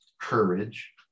courage